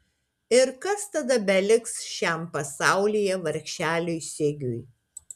ir kas tada beliks šiam pasaulyje vargšeliui sigiui